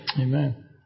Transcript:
Amen